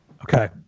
Okay